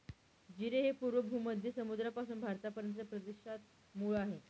जीरे हे पूर्व भूमध्य समुद्रापासून भारतापर्यंतच्या प्रदेशात मूळ आहे